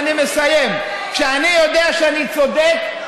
ואני מסיים: כשאני יודע שאני צודק,